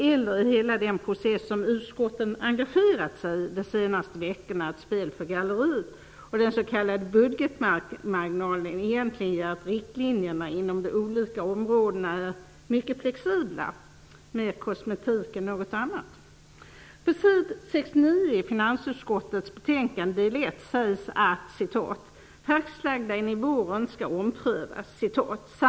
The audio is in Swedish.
Eller är hela den process som utskotten under de senaste veckorna engagerat sig i bara ett spel för galleriet, och är det så att den s.k. budgetmarginalen egentligen gör att riktlinjerna inom de olika områdena är mycket flexibla med mer kosmetik än något annat? På s. 69 i finansutskottets betänkande sägs det att "fastlagda nivåer inte skall omprövas".